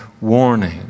warning